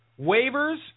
waivers